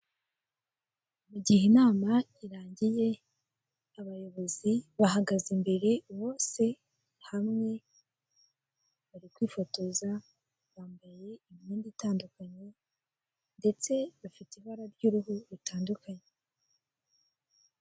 Mu gihe inama irangiye, abayobozi bahagaze imbere bose hamwe bari kwifotoza. Bambaye imyenda itandukanye, ndetse bafite ibara ry'uruhu rutandukanye.